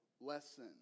lesson